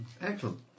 Excellent